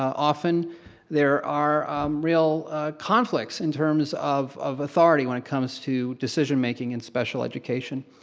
often there are real conflicts in terms of of authority when it comes to decision making in special education.